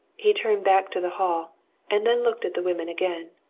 he turned back to the hall and then looked at the women again.